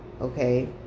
Okay